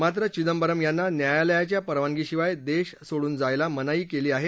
मात्र चिंदबरम यांना न्यायालयाच्या परवानगी शिवाय देश सोडून जाण्यास मनाई करण्यात आली आहे